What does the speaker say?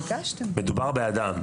מדובר באדם,